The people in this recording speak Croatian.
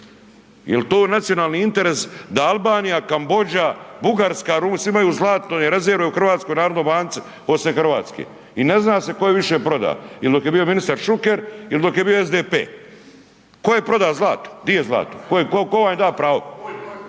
Jel' to nacionalni interes da Albanija, Kambodža, Bugarska, svi imaju zlatne rezerve u Hrvatskoj narodnoj banci poslije Hrvatske? I ne zna se tko je više prodao ili dok je bio ministar Šuker ili dok je bio SDP-e. Tko je prodao zlato? Gdje je zlato? Tko vam je dao pravo?